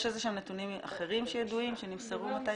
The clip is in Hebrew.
יש נתונים אחרים שידועים שנמסרו מתישהו?